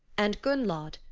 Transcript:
and gunnlod,